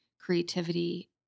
creativity